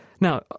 Now